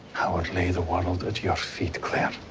i would lay the world at your feet, claire.